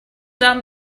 down